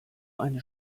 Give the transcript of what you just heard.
eine